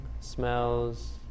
smells